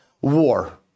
war